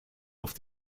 auf